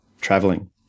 traveling